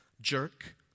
jerk